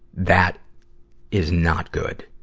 that is not good.